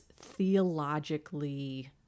theologically